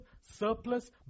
surplus